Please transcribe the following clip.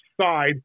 side